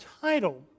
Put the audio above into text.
title